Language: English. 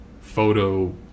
photo